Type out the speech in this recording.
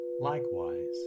Likewise